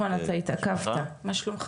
נכון, אתה התעכבת, מה שלומך?